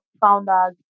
founders